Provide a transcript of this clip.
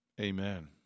Amen